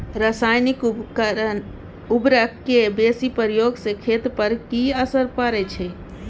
रसायनिक उर्वरक के बेसी प्रयोग से खेत पर की असर परै छै?